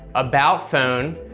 about phone,